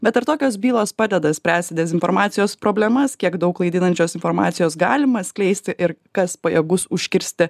bet ar tokios bylos padeda spręsti dezinformacijos problemas kiek daug klaidinančios informacijos galima skleisti ir kas pajėgus užkirsti